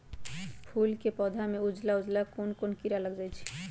फूल के पौधा में उजला उजला कोन किरा लग जई छइ?